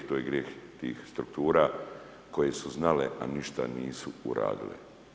To je grijeh tih struktura koje su znale, a ništa nisu uradile.